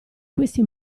questi